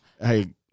Hey